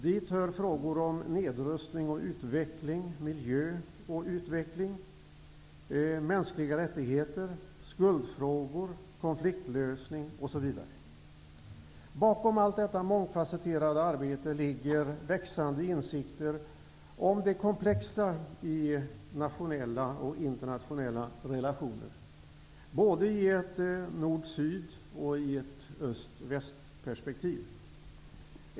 Dit hör frågor om nedrustning och utveckling, miljö och utveckling, mänskliga rättigheter, skulder, konfliktlösning, osv. Bakom allt detta mångfacetterade arbete ligger växande insikter om det komplexa i nationella och internationella relationer, både i ett nord--syd och i ett öst--väst-perspektiv.